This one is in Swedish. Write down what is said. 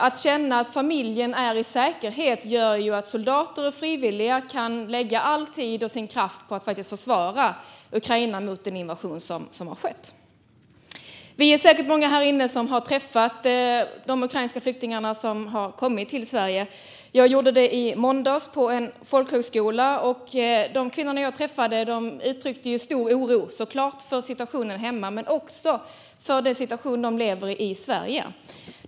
Att känna att familjen är i säkerhet gör att soldater och frivilliga kan lägga all sin tid och kraft på att försvara Ukraina mot den invasion som har skett. Vi är säkert många här inne som har träffat ukrainska flyktingar som kommit till Sverige. Jag gjorde det i måndags på en folkhögskola. Kvinnorna jag träffade uttryckte stor oro, såklart för situationen hemma men också för den situation de lever i här i Sverige.